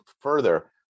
further